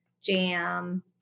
jam